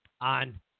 on